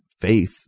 faith